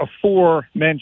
aforementioned